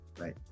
right